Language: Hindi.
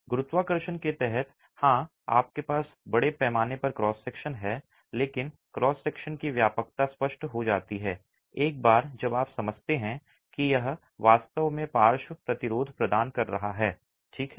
गुरुत्वाकर्षण के तहत हाँ आपके पास बड़े पैमाने पर क्रॉस सेक्शन हैं लेकिन क्रॉस सेक्शन की व्यापकता स्पष्ट हो जाती है एक बार जब आप समझते हैं कि यह वास्तव में पार्श्व प्रतिरोध प्रदान कर रहा है ठीक है